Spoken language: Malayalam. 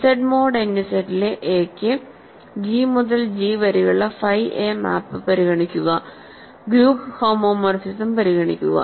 Z മോഡ് nZ ലെ എ ക്ക് G മുതൽ G വരെയുള്ള ഫൈ a മാപ്പ് പരിഗണിക്കുക ഗ്രൂപ്പ് ഹോമോമോർഫിസം പരിഗണിക്കുക